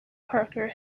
parker